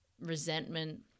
resentment